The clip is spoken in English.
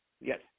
Yes